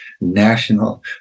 national